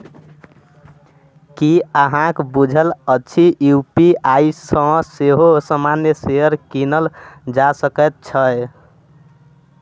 की अहाँक बुझल अछि यू.पी.आई सँ सेहो सामान्य शेयर कीनल जा सकैत छै?